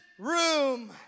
Room